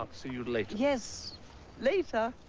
see you later. yes later.